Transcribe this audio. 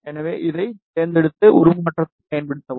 எனவே இதைத் தேர்ந்தெடுத்து உருமாற்றத்தைப் பயன்படுத்தவும்